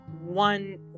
one